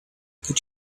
could